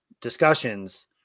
discussions